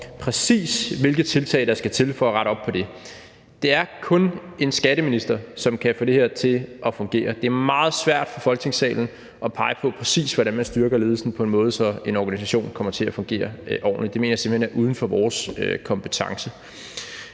præcis hvilke tiltag der skal til for at rette op på det. Det er kun en skatteminister, som kan få det her til at fungere. Det er meget svært i Folketingssalen at pege på, præcis hvordan man styrker ledelsen på en måde, så en organisation kommer til at fungere ordentligt. Det mener jeg simpelt hen er uden for vores kompetence.